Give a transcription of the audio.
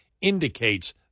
indicates